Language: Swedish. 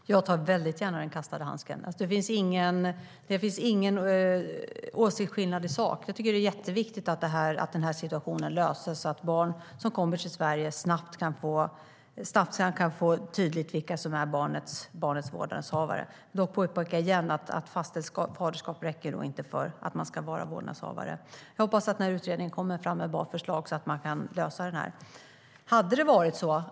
Fru talman! Jag tar väldigt gärna upp den kastade handsken. Det finns ingen åsiktsskillnad i sak. Jag tycker att det är jätteviktigt att den här situationen löses så att det snabbt kan bli tydligt vilka som är barnets vårdnadshavare när barn kommer till Sverige. Dock vill jag återigen påpeka att ett fastställt faderskap nog inte räcker för att man ska vara vårdnadshavare. Jag hoppas att utredningen kommer fram med bra förslag så att man kan lösa det här.